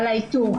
על האיתור,